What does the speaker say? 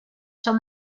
shall